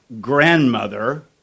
grandmother